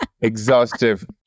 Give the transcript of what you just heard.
exhaustive